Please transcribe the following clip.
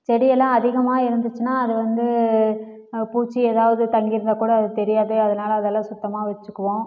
செடியெல்லாம் அதிகமா இருந்துச்சுன்னால் அது வந்து பூச்சி ஏதாவது தங்கி இருந்தால் கூட அது தெரியாது அதனால அதெல்லாம் சுத்தமாக வச்சுக்குவோம்